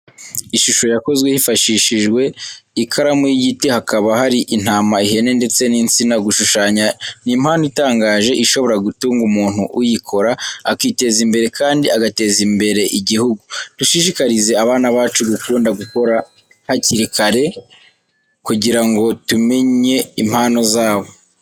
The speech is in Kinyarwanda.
Ishusho yakozwe hifashishijwe ikaramu y'igiti, hakaba hari intama, ihene ndetse n'insina. Gushushanya ni impano itangaje, ishobora gutunga umuntu uyikora, akiteza imbere kandi agateza imbere igihugu. Dushishikarize abana bacu gukunda gukora hakiri kare, kugira ngo tumenye impano zabo.